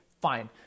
fine